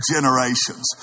generations